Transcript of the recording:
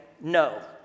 no